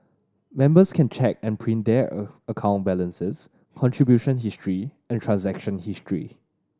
members can check and print their a account balances contribution history and transaction history